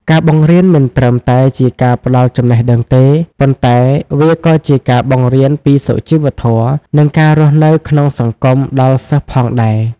ការបង្រៀនមិនត្រឹមតែជាការផ្ដល់ចំណេះដឹងទេ ប៉ុន្តែវាក៏ជាការបង្រៀនពីសុជីវធម៌ និងការរស់នៅក្នុងសង្គមដល់សិស្សផងដែរ។